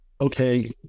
okay